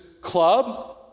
club